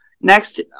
Next